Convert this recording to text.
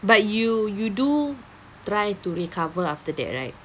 but you you do try to recover after that right